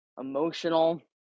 emotional